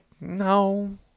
no